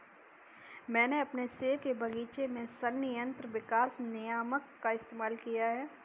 मैंने अपने सेब के बगीचे में संयंत्र विकास नियामक का इस्तेमाल किया है